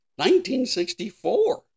1964